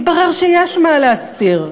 מתברר שיש מה להסתיר.